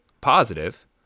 positive